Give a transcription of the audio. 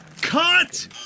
Cut